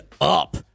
up